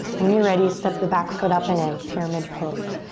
when you're ready, step the back foot up and in, pyramid pose.